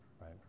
right